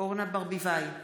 אורנה ברביבאי,